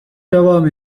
devam